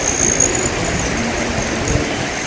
because the question went like this,